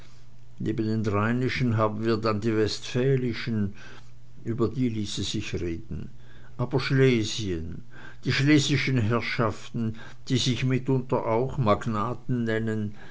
den rheinischen haben wir dann die westfälischen über die ließe sich reden aber schlesien die schlesischen herrschaften die sich mitunter auch magnaten nennen